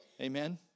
Amen